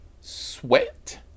sweat